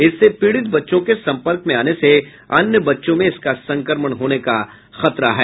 इससे पीड़ित बच्चों के संपर्क में आने से अन्य बच्चों में इसका संक्रमण होने का खतरा है